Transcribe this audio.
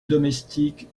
domestique